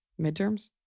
midterms